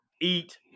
eat